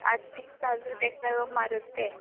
आठ दीस चालू तेका लागून म्हारग ते